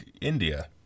India